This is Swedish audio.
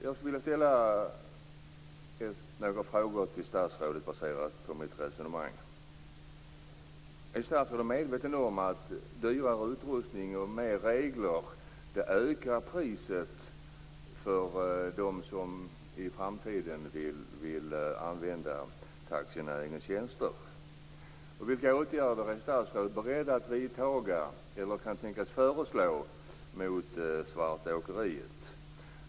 Jag skulle vilja ställa några frågor till statsrådet baserade på mitt resonemang.